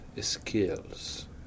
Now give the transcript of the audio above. skills